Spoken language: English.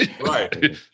Right